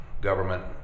government